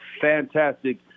fantastic